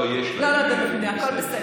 לא, לא, יש לה, הכול בסדר.